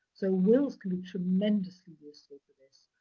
so, wills can be tremendously useful for this.